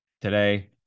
Today